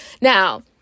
Now